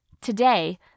Today